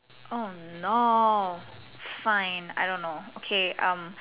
oh no fine I don't know okay um